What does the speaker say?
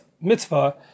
mitzvah